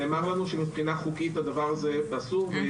נאמר לנו שמבחינה חוקית הדבר הזה אסור.